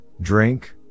drink